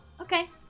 okay